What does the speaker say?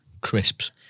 Crisps